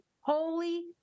holy